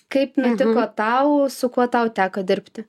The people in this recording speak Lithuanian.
kaip nutiko tau su kuo tau teko dirbti